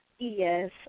Yes